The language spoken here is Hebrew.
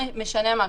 משנה משהו.